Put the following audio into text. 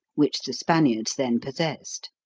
which the spaniards then possessed.